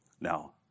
Now